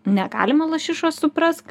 negalima lašišos suprask